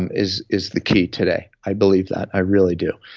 and is is the key today. i believe that, i really do.